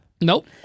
Nope